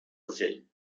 urgell